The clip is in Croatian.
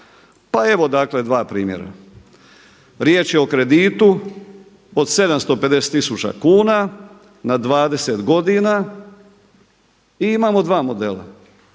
Pa evo dakle dva primjera. Riječ je o kreditu od 750 000 kuna na 20 godina i imamo dva modela.